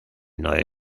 neue